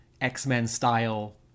X-Men-style